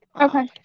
Okay